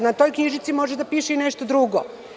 Na toj knjižici može da piše i nešto drugo.